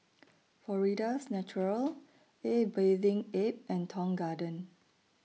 Florida's Natural A Bathing Ape and Tong Garden